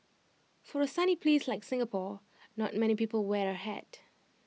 for A sunny place like Singapore not many people wear A hat